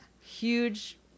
Huge